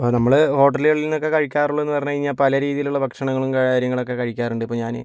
ഇപ്പോൾ നമ്മള് ഹോട്ടലുകളിൽ നിന്നൊക്കെ കഴിക്കാറുള്ളതെന്ന് പറഞ്ഞ് കഴിഞ്ഞാൽ പല രീതിയിലുള്ള ഭക്ഷണങ്ങളും കാര്യങ്ങളൊക്കെ കഴിക്കാറുണ്ട് ഇപ്പോൾ ഞാൻ